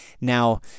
Now